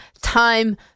time